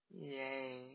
Yay